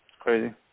Crazy